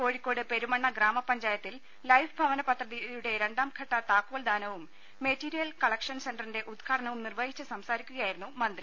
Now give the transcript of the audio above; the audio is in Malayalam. കോഴിക്കോട് പെരുമണ്ണ ഗ്രാമ പഞ്ചായത്തിൽ ലൈഫ് ഭവനപദ്ധതിയുടെ രണ്ടാംഘട്ട താക്കോൽ ദാനവും മെറ്റീരീയൽ കളക്ഷൻ സെന്ററിന്റെ ഉദ്ഘാടനവും നിർവഹിച്ച് സംസാരിക്കുകയായിരുന്നു മന്ത്രി